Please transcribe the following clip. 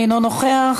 אינו נוכח,